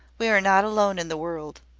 we are not alone in the world.